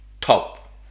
top